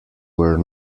were